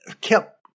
kept